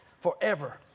forever